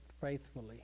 faithfully